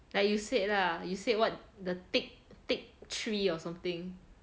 like you said lah you said what the tick tick three or something